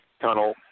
tunnel